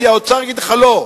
כי האוצר יגיד לך לא,